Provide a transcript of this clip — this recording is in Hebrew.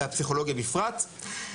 והפסיכולוגיה בפרט.